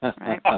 right